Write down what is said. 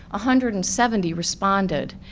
ah hundred and seventy responded.